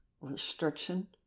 restriction